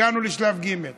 הגענו לשלב ג', חברים: